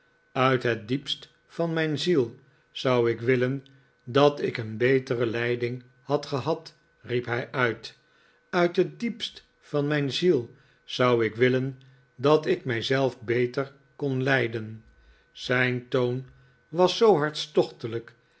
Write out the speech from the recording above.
uit het diepst van mijn ziel zou ik willen dat ik een betere leiding had gehad riep hij uit uit het diepst van mijn ziel zou ik willen dat ik mij zelf beter kon leiden zijn toon was zoo